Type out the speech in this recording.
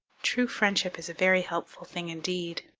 true friendship is a very helpful thing indeed,